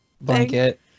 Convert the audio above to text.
Blanket